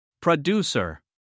Producer